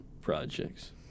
projects